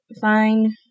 Fine